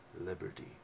liberty